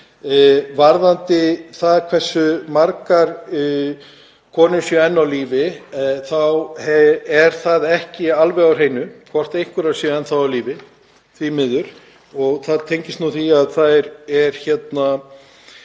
Varðandi það hversu margar konur séu enn á lífi þá er það ekki alveg á hreinu hvort einhverjar séu enn á lífi, því miður. Það tengist því að það er leynd